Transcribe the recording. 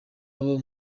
abo